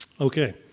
Okay